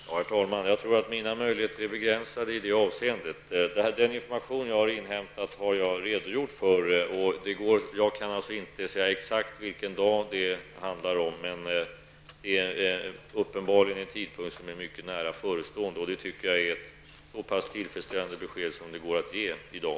Herr talman! Jag tror att mina möjligheter är begränsade i det avseendet. Den information som jag har inhämtat har jag redogjort för. Jag kan alltså inte säga exakt vilken dag det handlar om, men det är uppenbart att det är en mycket nära förestående tidpunkt. Jag tycker att det är ett så tillfredsställande besked som det går att ge i dag.